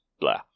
blah